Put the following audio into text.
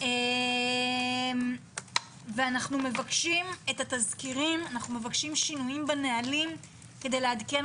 אנו מבקשים את התזכירים שינויים בנהלים כדי לעדכן